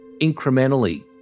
incrementally